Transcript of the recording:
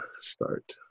start